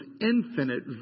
infinite